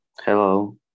Hello